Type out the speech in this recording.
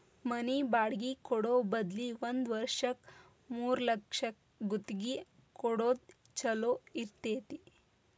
ಮನಿ ಬಾಡ್ಗಿ ಕೊಡೊ ಬದ್ಲಿ ಒಂದ್ ವರ್ಷಕ್ಕ ಮೂರ್ಲಕ್ಷಕ್ಕ ಗುತ್ತಿಗಿ ಕೊಡೊದ್ ಛೊಲೊ ಇರ್ತೆತಿ